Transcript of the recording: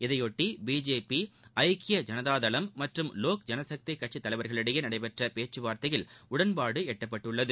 இதையொட்டி பிஜேபி ஐக்கிய ஜனதாதளம் மற்றும் லோக் ஜனசக்தி கட்சித் தலைவர்களிடையே நடைபெற்ற பேச்சுவார்த்தையில் உடன்பாடு எட்டப்பட்டுள்ளது